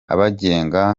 abagenga